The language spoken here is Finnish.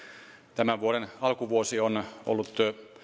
tämän vuoden alkuvuosi on ollut